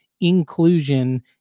inclusion